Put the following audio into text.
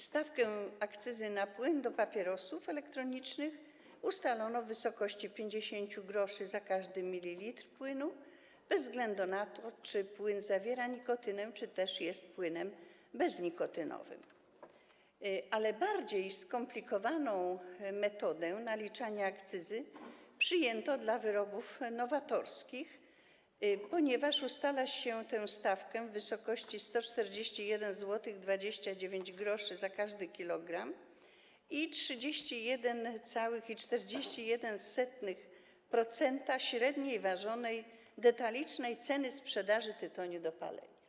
Stawkę akcyzy na płyn do papierosów elektronicznych ustalono w wysokości 50 gr za każdy mililitr płynu bez względu na to, czy płyn zawiera nikotynę, czy jest płynem beznikotynowym, natomiast bardziej skomplikowaną metodę naliczania akcyzy przyjęto dla wyrobów nowatorskich, ponieważ ustala się tę stawkę w wysokości 141,29 zł za każdy kilogram i 31,41% średniej ważonej detalicznej ceny sprzedaży tytoniu do palenia.